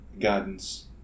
guidance